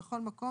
בכל מקום,